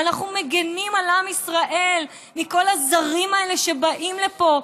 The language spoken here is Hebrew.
ואנחנו מגינים על עם ישראל מכל הזרים האלה שבאים לפה,